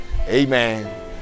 Amen